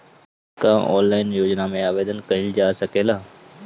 का ऑनलाइन योजना में आवेदन कईल जा सकेला?